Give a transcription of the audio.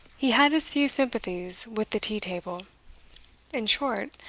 he had as few sympathies with the tea-table in short,